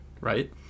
right